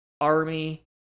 Army